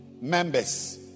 members